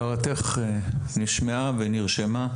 הערתך נשמעה ונרשמה.